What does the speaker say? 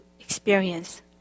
experience